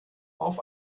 auf